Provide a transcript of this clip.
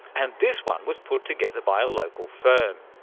and this one was put together by a local firm.